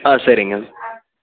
ஆ சரிங்க